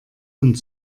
und